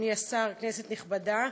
אדוני השר, כנסת נכבדה,